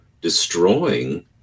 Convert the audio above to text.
destroying